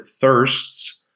thirsts